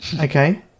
Okay